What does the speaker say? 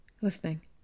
listening